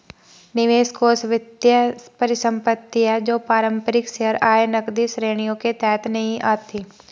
निवेश कोष वित्तीय परिसंपत्ति है जो पारंपरिक शेयर, आय, नकदी श्रेणियों के तहत नहीं आती